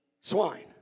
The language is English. swine